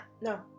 no